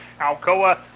Alcoa